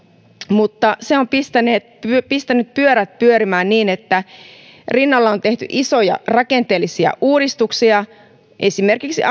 mutta se on pistänyt pyörät pyörimään niin että rinnalla on tehty isoja rakenteellisia uudistuksia esimerkiksi